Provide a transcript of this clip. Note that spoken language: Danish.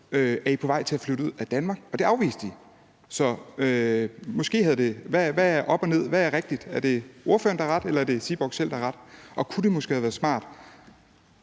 Er I på vej til at flytte ud af Danmark? Og det afviste de. Så hvad er op og ned – hvad er rigtigt? Er det ordføreren, der har ret, eller er det Seaborg selv, der har ret? Og kunne det måske have været smart